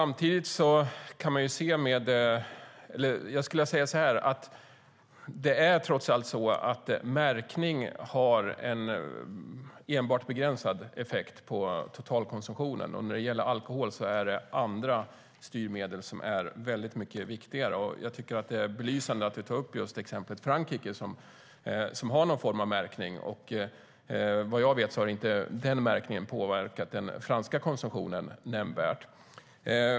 Märkning har trots allt en begränsad effekt på totalkonsumtionen. När det gäller alkohol är andra styrmedel mycket viktigare. Det är belysande att du tar upp just Frankrikes märkning. Vad jag vet har denna märkning inte påverkat den franska konsumtionen nämnvärt.